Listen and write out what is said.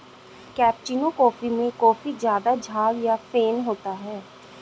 cappuccino coffee में काफी ज़्यादा झाग या फेन होता है